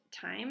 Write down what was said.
time